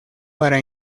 para